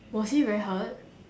was he very hurt